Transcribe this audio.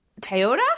Toyota